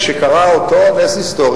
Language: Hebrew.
כשקרה אותו נס היסטורי,